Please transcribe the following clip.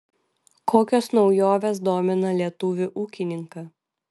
kokios naujovės domina lietuvį ūkininką